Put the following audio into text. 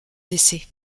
décès